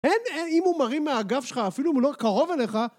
אין אם הוא מרים מהאגף שלך אפילו אם הוא לא קרוב אליך